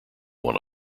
one